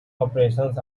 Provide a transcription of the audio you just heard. operations